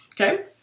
Okay